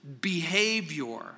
behavior